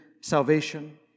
salvation